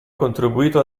contribuito